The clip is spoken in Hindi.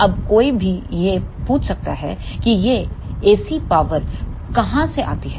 अब कोई भी यह पूछ सकता है कि यह एसी पावर कहां से आती है